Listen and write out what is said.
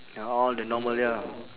all the normal ya